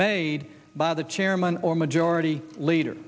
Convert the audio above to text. made by the chairman or majority leader